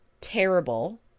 terrible